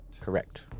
Correct